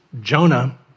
Jonah